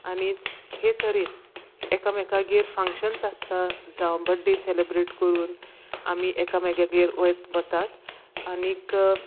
आनी हे तरेन एकामेकागेर फंक्शन्स आसता जावं बड्डे सेलीब्रेट करून आमी एकामेकागेर वोयता वतात आनीक